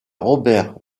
robert